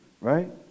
right